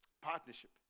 Partnership